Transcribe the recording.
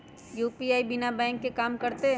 UPI बिना bank के भी कम करतै?